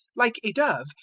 like a dove,